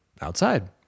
outside